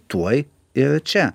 tuoj ir čia